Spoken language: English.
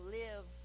live